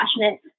passionate